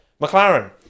McLaren